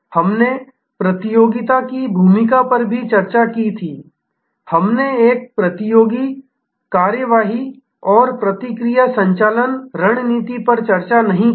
हमने प्रतियोगिता की भूमिका पर भी चर्चा की थी हमने एक प्रतियोगी कार्रवाई और प्रतिक्रिया संचालित रणनीति पर चर्चा नहीं की